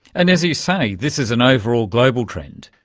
and as you say, this is an overall global trend.